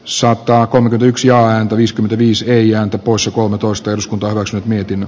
soittaako yksi ääntä viisi viisi teijan poissa kolmetoista eduskuntaloissa mietin